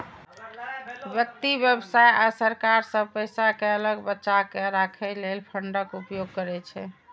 व्यक्ति, व्यवसाय आ सरकार सब पैसा कें अलग बचाके राखै लेल फंडक उपयोग करै छै